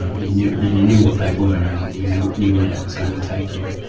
ah you knew you knew what they were and you you know knew where that was going to take you,